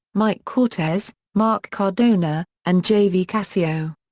mike cortez, mark cardona, and jv casio.